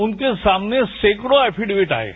उनके सामने सैंकड़ों एफिडेविट आये